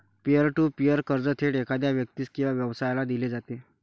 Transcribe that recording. pier to peer कर्ज थेट एखाद्या व्यक्तीस किंवा व्यवसायाला दिले जाते